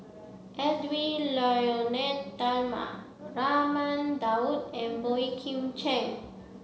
Edwy Lyonet Talma Raman Daud and Boey Kim Cheng